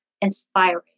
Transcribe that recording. inspiring